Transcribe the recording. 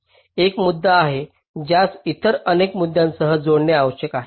एक मुद्दा आहे ज्यास इतर अनेक मुद्द्यांसह जोडणे आवश्यक आहे